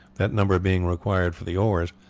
that number being required for the oars,